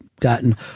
gotten